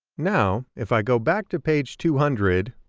now if i go back to page two hundred,